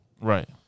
Right